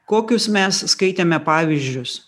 kokius mes skaitėme pavyzdžius